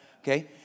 Okay